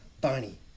Bonnie